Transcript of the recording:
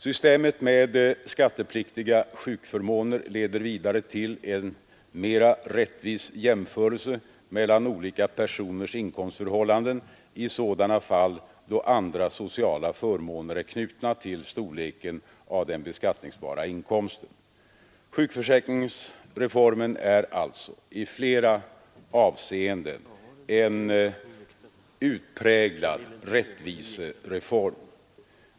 Systemet med skattepliktiga sjukförmåner leder vidare till en mera rättvis jämförelse mellan olika personers inkomstförhållanden i sådana fall då andra sociala förmåner är knutna till storleken av den beskattningsbara inkomsten. Sjukförsäkringsreformen är alltså i flera avseenden en utpräglad rättvisereform.